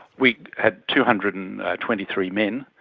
we had two hundred and twenty three men,